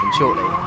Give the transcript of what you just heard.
shortly